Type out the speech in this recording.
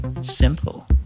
simple